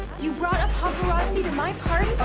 you brought a paparazzi to my party?